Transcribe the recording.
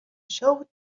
showed